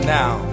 now